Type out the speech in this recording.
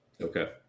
Okay